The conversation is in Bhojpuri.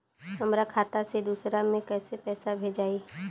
हमरा खाता से दूसरा में कैसे पैसा भेजाई?